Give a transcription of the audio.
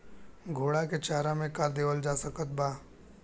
घोड़ा के चारा मे का देवल जा सकत बा?